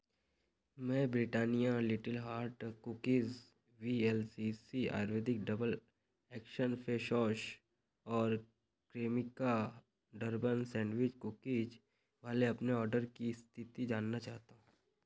मैं Britannia little heart cookies V L C C Ayurveda double action face wash और Cremica bourbon sandwich cookies वाले अपने order की स्तिथि जानना चाहता हूँ